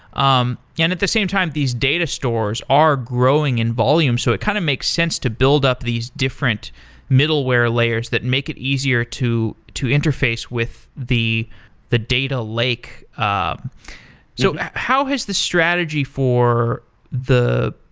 um yeah at the same time, these data stores are growing in volumes, so it kind of makes sense to build up these different middleware layers that make it easier to to interface with the the data lake. um so how has the strategy for the